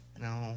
No